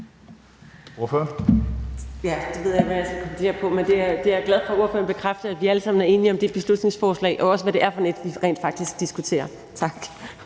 men jeg er glad for, at ordføreren bekræfter, at vi alle sammen er enige om det beslutningsforslag og også om, hvad det er for et, vi rent faktisk diskuterer. Tak.